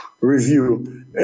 review